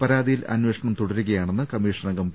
പരാതി യിൽ അന്വേഷണം തുടരുകയാണെന്ന് കമ്മീഷൻ അംഗം പി